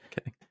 Okay